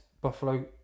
Buffalo